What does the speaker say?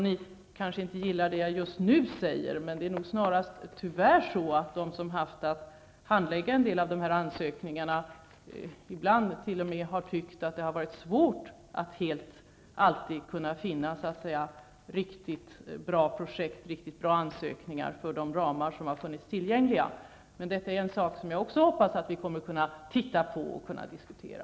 Ni kanske inte gillar det som jag just nu säger, men det är nog snarast tyvärr på det sättet att de som har haft att handlägga en del av dessa ansökningar ibland t.o.m. har tyckt att det har varit svårt att alltid kunna finna riktigt bra projekt, riktigt bra ansökningar, för de ramar som har funnits tillgängliga. Men detta är en sak som jag hoppas att vi också kommer att kunna titta på och diskutera.